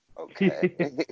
Okay